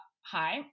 hi